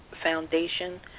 foundation